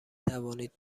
توانید